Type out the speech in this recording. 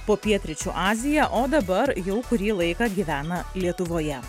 po pietryčių aziją o dabar jau kurį laiką gyvena lietuvoje